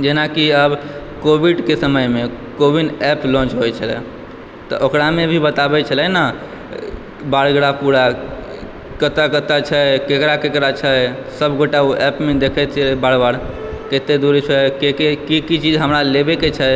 जेनाकि आब कोविड के समयमे कोविन एप लॉंच होइ छलए तऽ ओकरामे भी बताबै छलै ने बायोग्राफ़ पूरा कतय कतय छै केकरा केकरा छै सब गोटा ओ एपमे देख़ै छै बार बार कते दूरी सॅं की की चीज़ हमरा लेबय के छै